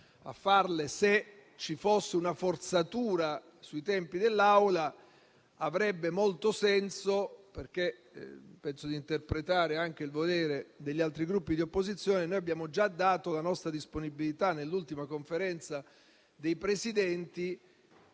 a farle se ci fosse una forzatura sui tempi dell'Assemblea. Penso di interpretare anche il volere degli altri Gruppi di opposizione dicendo che abbiamo già dato la nostra disponibilità nell'ultima Conferenza dei Presidenti